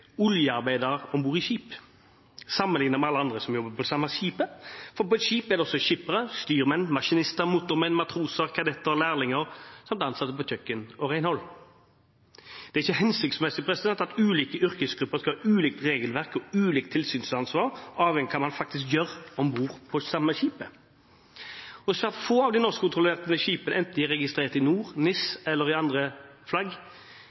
om bord i skip» sammenlignet med alle andre som jobber på det samme skipet, for på et skip er det også skippere, styrmenn, maskinister, motormenn, matroser, kadetter, lærlinger samt ansatte på kjøkken og i renhold. Det er ikke hensiktsmessig at ulike yrkesgrupper skal ha ulikt regelverk og ulikt tilsynsansvar, avhengig av hva man faktisk gjør om bord på det samme skipet. Få av de norskkontrollerte skipene enten de er registrert i NOR, NIS eller under andre flagg,